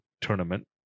tournament